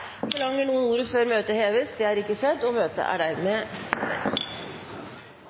Forlanger noen ordet før møtet heves? – Det har ikke skjedd. Møtet er